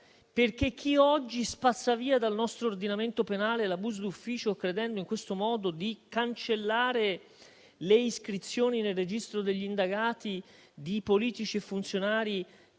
sarà. Chi oggi spazza via dal nostro ordinamento penale l'abuso d'ufficio, credendo in questo modo di cancellare le iscrizioni nel registro degli indagati di politici e funzionari